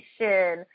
right